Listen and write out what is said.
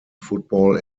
football